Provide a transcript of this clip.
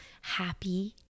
happy